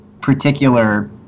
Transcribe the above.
particular